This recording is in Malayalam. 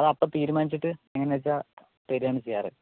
അത് അപ്പോൾ തീരുമാനിച്ചിട്ട് എങ്ങനെ വെച്ചാൽ തരികയാണ് ചെയ്യാറ്